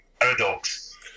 paradox